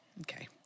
Okay